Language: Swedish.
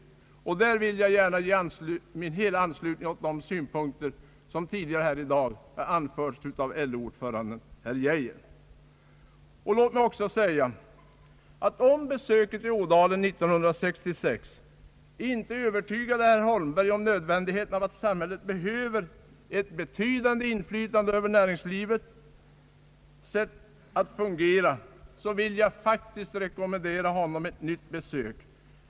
Jag vill härvidlag helt ansluta mig till de synpunkter som tidigare anförts av LO-ordföranden herr Geijer. Låt mig också säga att om besöket i Allmänpolitisk debatt Ådalen år 1966 inte övertygade herr Holmberg om nödvändigheten av att samhället behöver ett betydande inflytande över näringslivets sätt att fungera, så vill jag faktiskt rekommendera honom ett nytt besök.